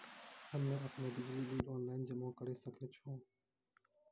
हम्मे आपनौ बिजली बिल ऑनलाइन जमा करै सकै छौ?